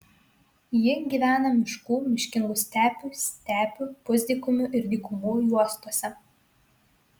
ji gyvena miškų miškingų stepių stepių pusdykumių ir dykumų juostose